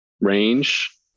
range